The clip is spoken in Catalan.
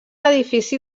edifici